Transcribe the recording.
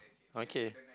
okay